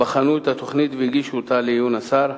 בחנו את התוכנית והגישו אותה לעיון השר.